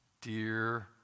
Dear